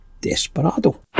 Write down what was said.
Desperado